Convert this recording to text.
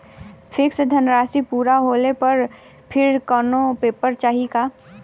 Fix धनराशी पूरा होले पर फिर से कौनो पेपर चाही का?